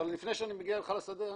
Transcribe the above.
אבל לפני שאני מגיע בכלל לשדה,